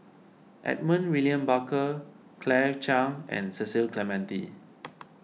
Edmund William Barker Claire Chiang and Cecil Clementi